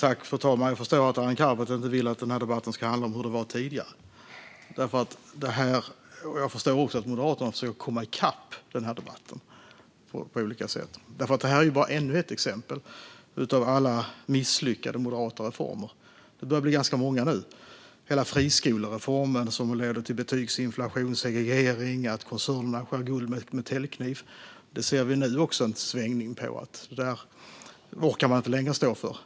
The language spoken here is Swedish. Fru talman! Jag förstår att Arin Karapet inte vill att den här debatten ska handla om hur det var tidigare. Jag förstår också att Moderaterna försöker att komma i kapp i den här debatten på olika sätt. Detta är ju bara ännu ett exempel på alla misslyckade moderata reformer. De börjar bli ganska många nu. Ta hela friskolereformen, som ledde till betygsinflation, till segregering och till att koncernerna skär guld med täljkniv. Där ser vi nu en svängning. Den orkar ni inte heller längre stå för.